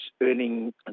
earning